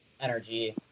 energy